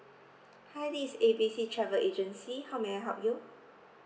hi this is A B C travel agency how may I help you